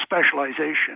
specialization